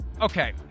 okay